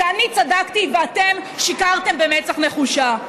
שאני צדקתי ואתם שיקרתם במצח נחושה.